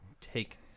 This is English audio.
take